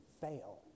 fail